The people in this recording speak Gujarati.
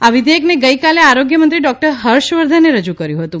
આ વિધેથકને ગઇકાલે આરોગ્યમંત્રી ડોકટર ફર્ષવર્ધને રજૂ કર્યું હતું